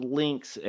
links